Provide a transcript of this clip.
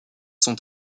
sont